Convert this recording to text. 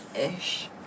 Ish